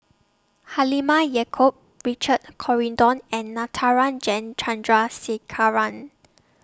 Halimah Yacob Richard Corridon and Natarajan Chandrasekaran